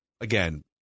again